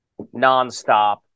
nonstop